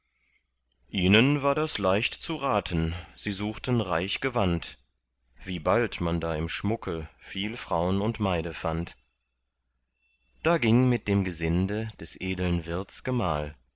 ihnen war das leicht zu raten sie suchten reich gewand wie bald man da im schmucke viel fraun und maide fand da ging mit dem gesinde des edeln wirts gemahl